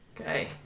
Okay